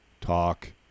talk